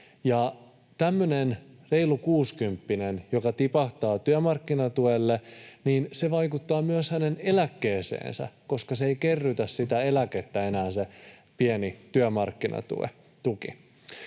kun tämmöinen reilu kuusikymppinen tipahtaa työmarkkinatuelle, niin se vaikuttaa myös hänen eläkkeeseensä, koska se pieni työmarkkinatuki